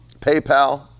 PayPal